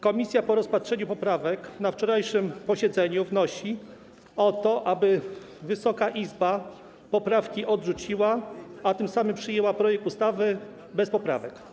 Komisja po rozpatrzeniu poprawek na wczorajszym posiedzeniu wnosi o to, aby Wysoka Izba poprawki odrzuciła, a tym samym przyjęła projekt ustawy bez poprawek.